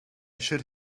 should